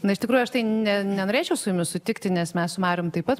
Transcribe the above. na iš tikrųjų aš tai ne nenorėčiau su jumis sutikti nes mes su marium taip pat